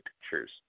pictures